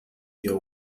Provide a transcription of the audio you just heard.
your